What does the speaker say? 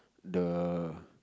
the